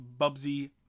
Bubsy